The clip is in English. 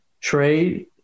Trade